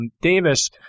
Davis